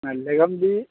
നല്ല കമ്പി